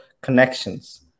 connections